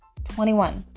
21